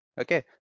Okay